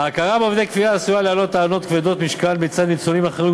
ההכרה בעובדי כפייה עשויה להעלות טענות כבדות משקל מצד ניצולים אחרים,